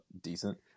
decent